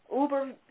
Uber